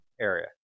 area